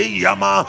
yama